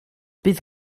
bydd